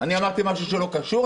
אמרתי משהו שלא קשור?